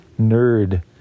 nerd